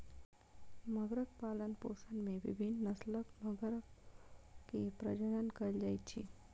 मगरक पालनपोषण में विभिन्न नस्लक मगर के प्रजनन कयल जाइत अछि